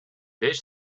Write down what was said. беш